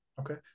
Okay